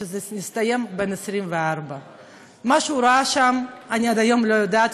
וכשזה הסתיים הוא היה בן 24. מה שהוא ראה שם אני עד היום לא יודעת,